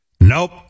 Nope